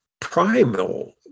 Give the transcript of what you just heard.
primal